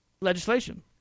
legislation